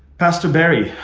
pastor barry,